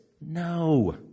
No